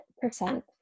percent